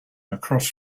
across